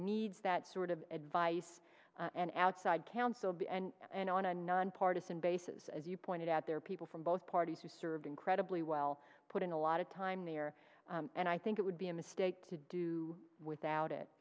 needs that sort of advice and outside counsel b and and on a nonpartisan basis as you pointed out there are people from both parties who served incredibly well put in a lot of time there and i think it would be a mistake to do without